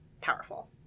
powerful